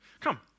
Come